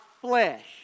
flesh